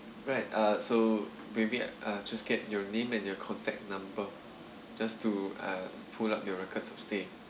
right ah so maybe I just get your name and your contact number just to uh pull up your records of stay